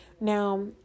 now